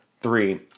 three